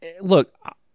Look